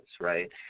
right